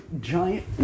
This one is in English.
giant